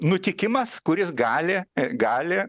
nutikimas kuris gali gali